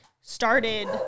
started